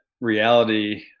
reality